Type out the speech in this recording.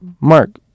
Mark